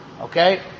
Okay